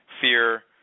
fear